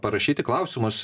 parašyti klausimus